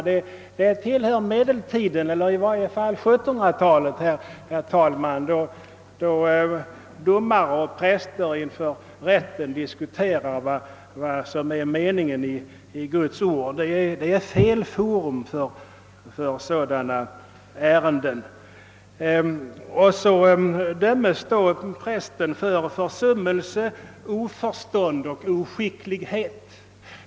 Detta tillhör medeltiden eller i varje fall 1700-talet då domare och präster i rätten diskuterade vad som är meningen i Guds ord. En rättssal är fel forum för en sådan diskussion. Så döms då prästen för »försummelse, oförstånd och oskicklighet«.